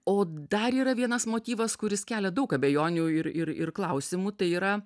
o dar yra vienas motyvas kuris kelia daug abejonių ir ir ir klausimų tai yra